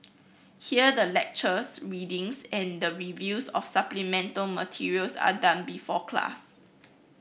here the lectures readings and the reviews of supplemental materials are done before class